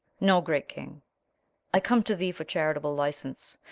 no great king i come to thee for charitable license,